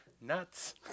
nuts